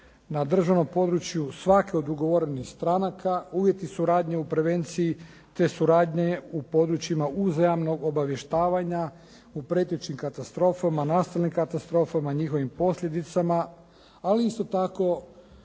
na državnom području svake od ugovorenih stranaka, uvjeti suradnje u prevenciji te suradnje u područjima uzajamnog obavještavanja u prijetećim katastrofama, nastalim katastrofama, njihovim posljedicama ali isto tako